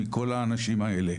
מכל האנשים האלה.